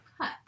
cut